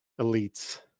elites